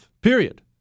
period